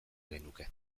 genuke